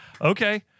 Okay